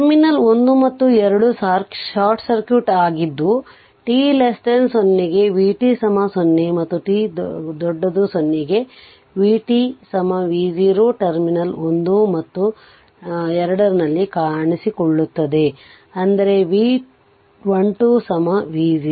terminal 1 ಮತ್ತು 2 short circuit ಆಗಿದ್ದು t 0 ಗೆ vt 0 ಮತ್ತು t 0 ಗೆ vt v0 ಟರ್ಮಿನಲ್ 1 ಮತ್ತು 2 ನಲ್ಲಿ ಕಾಣಿಸಿಕೊಳ್ಳುತ್ತದೆ ಅಂದರೆ v 12 v0